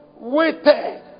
Waited